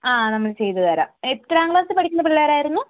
ആ നമ്മൾ ചെയ്തുതരാം എത്രാം ക്ലാസിൽ പഠിക്കുന്ന പിള്ളേരായിരുന്നു